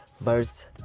verse